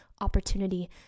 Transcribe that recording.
opportunity